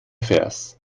vers